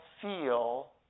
feel